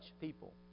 people